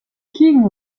king